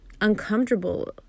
uncomfortable